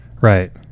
Right